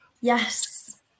yes